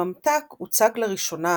הממתק הוצג לראשונה